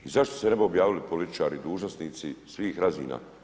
I zašto se ne bi objavili političari i dužnosnici svih razina?